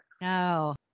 No